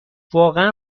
واقعا